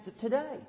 today